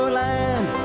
land